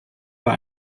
war